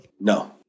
No